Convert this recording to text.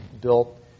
built –